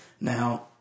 Now